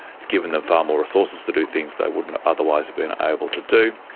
it's given them far more resources to do things they wouldn't otherwise have been able to do.